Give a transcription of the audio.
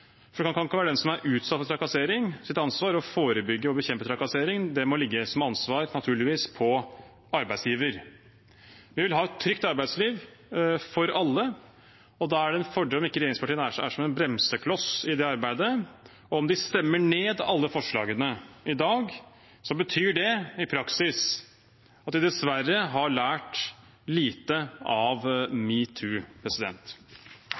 for det kan ikke være ansvaret til den som er utsatt for trakassering, å forebygge og bekjempe trakassering. Det ansvaret må ligge, naturligvis, på arbeidsgiver. Vi vil ha et trygt arbeidsliv for alle, og da er det en fordel om ikke regjeringspartiene er som en bremsekloss i det arbeidet. Om de stemmer ned alle forslagene i dag, betyr det i praksis at de dessverre har lært lite av